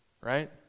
right